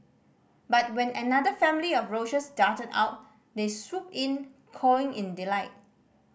but when another family of roaches darted out they swooped in cawing in delight